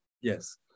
Yes